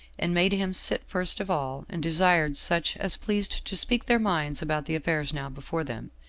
and made him sit first of all, and desired such as pleased to speak their minds about the affairs now before them.